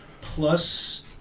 plus